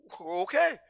okay